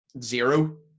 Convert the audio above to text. zero